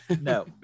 No